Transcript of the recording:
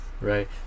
right